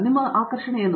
ನಿಮಗೆ ಆಕರ್ಷಣೆ ಏನು